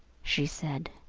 she said.